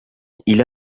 إلى